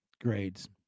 grades